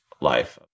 life